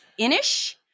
Inish